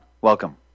Welcome